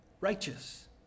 righteous